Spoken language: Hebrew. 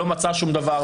לא מצא שום דבר,